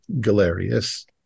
Galerius